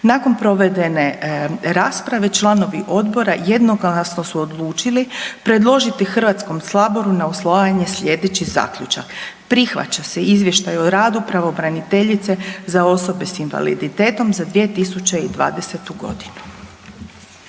Nakon provedene rasprave članovi odbora jednoglasno su odlučili predložiti Hrvatskom saboru na usvajanje slijedeći zaključak. Prihvaća se Izvještaj o radu pravobraniteljice za osobe s invaliditetom za 2020. godinu.